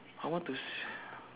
I want to s~